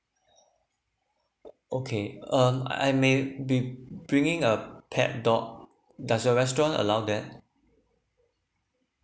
okay um I may be bringing a pet dog does your restaurant allow that